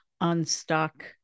unstuck